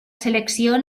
selecció